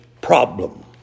problem